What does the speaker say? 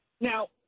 Now